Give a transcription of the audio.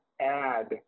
add